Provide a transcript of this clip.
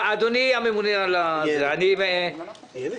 אז לא היו את